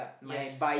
yes